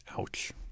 Ouch